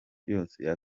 yose